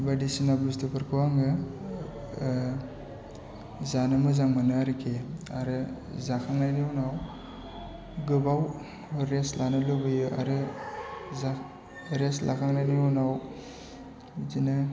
बायदिसिना बुस्थुफोरखौ आङो ओ जानो मोजां मोनो आरोखि आरो जाखांनायनि उनाव गोबाव रेस्ट लानो लुगैयो आरो रेस्ट लाखांनायनि उनाव बिदिनो